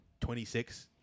26